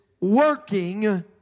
working